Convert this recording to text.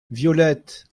violette